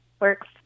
works